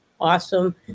awesome